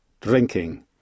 drinking